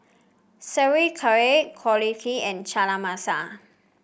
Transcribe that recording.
Sauerkraut Korokke and Chana Masala